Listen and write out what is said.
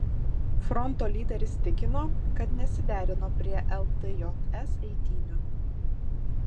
fronto lyderis tikino kad nesiderino prie ltjs eitynių